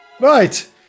Right